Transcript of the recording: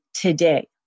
today